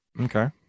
Okay